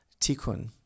tikkun